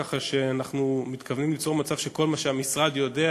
כך שאנחנו מתכוונים ליצור מצב שכל מה שהמשרד יודע,